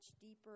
deeper